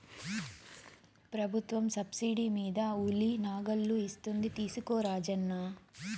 ప్రభుత్వం సబ్సిడీ మీద ఉలి నాగళ్ళు ఇస్తోంది తీసుకో రాజన్న